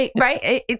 Right